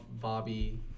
Bobby